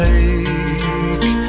Take